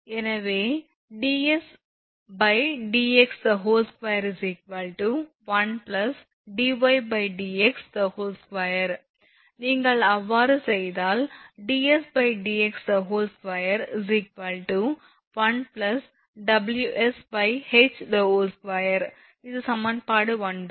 எனவே dsdx 2 1 dydx 2 நீங்கள் அவ்வாறு செய்தால் dsdx2 1WsH2 இது சமன்பாடு 9